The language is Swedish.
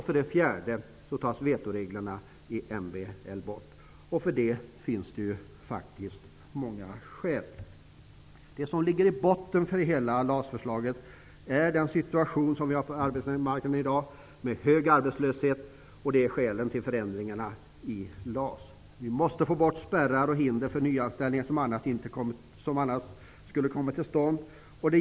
För det fjärde tas vetoreglerna i MBL bort, vilket det faktiskt finns många skäl till. Det som ligger i botten för hela LAS-förslaget, och är skälen till förändringarna i LAS, är den situation med hög arbetslöshet som vi har på arbetsmarknaden i dag. Vi måste få bort spärrar och hinder för nyanställningar som annars skulle komma till stånd.